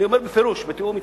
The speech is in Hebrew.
אני אומר בפירוש: בתיאום אתך.